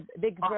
Big